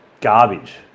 garbage